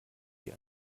wie